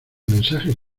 mensajes